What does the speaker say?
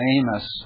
Amos